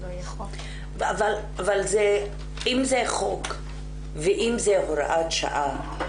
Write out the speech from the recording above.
אבל אם זה חוק ואם זאת הוראת שעה,